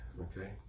Okay